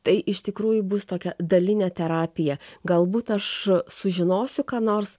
tai iš tikrųjų bus tokia dalinė terapija galbūt aš sužinosiu ką nors